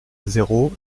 zéro